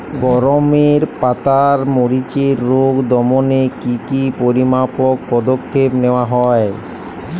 গমের পাতার মরিচের রোগ দমনে কি কি পরিমাপক পদক্ষেপ নেওয়া হয়?